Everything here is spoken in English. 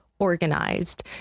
Organized